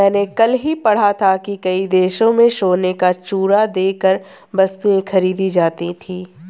मैंने कल ही पढ़ा था कि कई देशों में सोने का चूरा देकर वस्तुएं खरीदी जाती थी